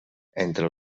entre